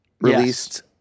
released